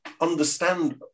understand